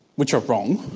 which are wrong,